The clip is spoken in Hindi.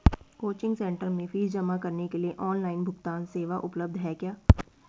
कोचिंग सेंटर में फीस जमा करने के लिए ऑनलाइन भुगतान सेवा उपलब्ध है क्या?